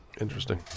Interesting